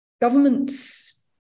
governments